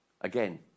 Again